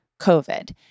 COVID